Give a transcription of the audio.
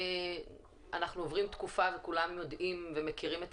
אנחנו עוברים תקופה וכולם יודעים ומכירים את